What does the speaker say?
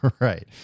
Right